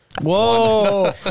Whoa